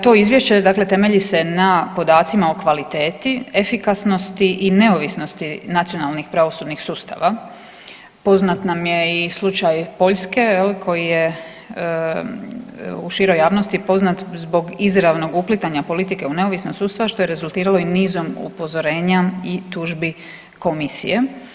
To Izvješće, dakle, temelji se na podacima o kvaliteti, efikasnosti i neovisnosti nacionalnih pravosudnih sustava, poznat nam je i slučaj Poljske, koji je u široj javnosti poznat zbog izravnog uplitanja politike u neovisnost sudstva, što je rezultiralo i nizom upozorenja i tužbi Komisije.